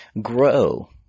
grow